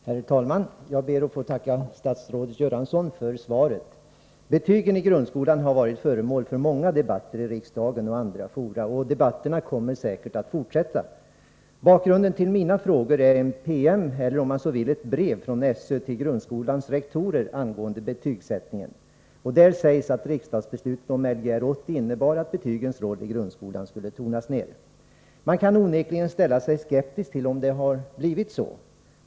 Herr talman! Jag ber att få tacka statsrådet Göransson för svaret. Betygen i grundskolan har varit föremål för många debatter i riksdagen och andra fora. Debatterna kommer säkert att fortsätta. Bakgrunden till mina frågor är en PM —- eller, om man så vill, ett brev — från SÖ till grundskolans rektorer angående betygsättningen. Där sägs att riksdagsbeslutet om Lgr 80 innebär att betygens roll i grundskolan skall tonas ner. Man kan onekligen ställa sig skeptisk till att det blivit så.